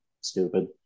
stupid